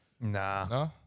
Nah